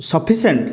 sufficient